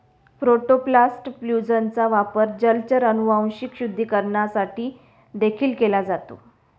protoplast फ्यूजनचा वापर जलचर अनुवांशिक शुद्धीकरणासाठी देखील केला जातो